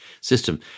system